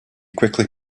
quickly